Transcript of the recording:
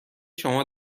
شما